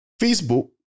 Facebook